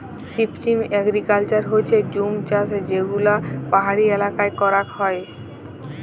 shifting agriculture হচ্যে জুম চাষযেগুলা পাহাড়ি এলাকায় করাক হয়